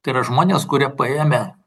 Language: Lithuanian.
tai yra žmonės kurie paėmę